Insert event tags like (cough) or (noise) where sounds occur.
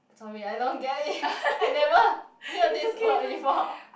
sorry I don't get it (breath) I never hear this word before